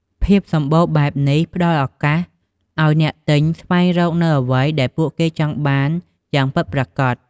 ភាពសម្បូរបែបនេះ ផ្ដល់ឱកាសឱ្យអ្នកទិញស្វែងរកនូវអ្វីដែលពួកគេចង់បានយ៉ាងពិតប្រាកដ។